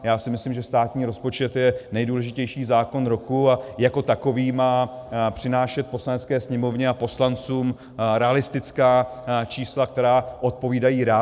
Já si myslím, že státní rozpočet je nejdůležitější zákon roku a jako takový má přinášet Poslanecké sněmovně a poslancům realistická čísla, která odpovídají realitě.